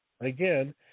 again